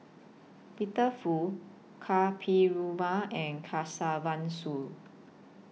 Peter Fu Ka Perumal and Kesavan Soon